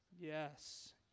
Yes